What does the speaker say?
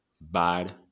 Bad